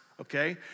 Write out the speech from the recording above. okay